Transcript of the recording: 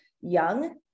young